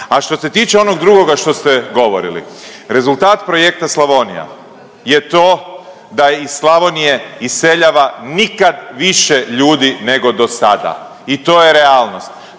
A što se tiče onog drugoga što ste govorili, rezultat projekta Slavonija je to da iz Slavonije iseljava nikad više ljudi nego do sada i to je realnost.